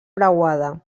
preuada